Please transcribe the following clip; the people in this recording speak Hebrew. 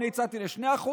אני הצעתי ל-2%.